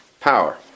power